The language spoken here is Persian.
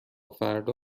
فردا